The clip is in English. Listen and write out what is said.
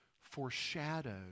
foreshadowed